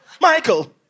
Michael